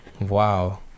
Wow